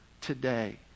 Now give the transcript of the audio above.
today